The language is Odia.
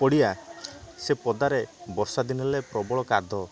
ପଡ଼ିଆ ସେ ପଦାରେ ବର୍ଷା ଦିନ ହେଲେ ପ୍ରବଳ କାଦୋ